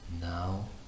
Now